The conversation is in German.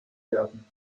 werden